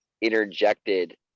interjected